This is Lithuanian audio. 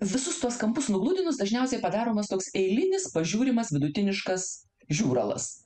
visus tuos kampus nugludinus dažniausiai padaromas toks eilinis pažiūrimas vidutiniškas žiūralas